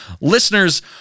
listeners